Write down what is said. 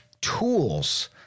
tools